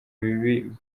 bibi